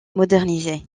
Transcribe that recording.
modernisée